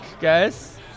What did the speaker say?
guys